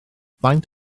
faint